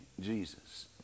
Jesus